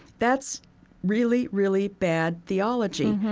that's really, really bad theology.